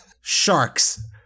sharks